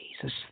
Jesus